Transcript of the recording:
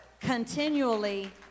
continually